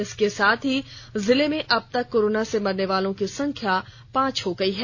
इसके साथ ही जिले में अबतक कोरोना से मरने वालों की संख्या पांच हो गयी है